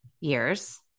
years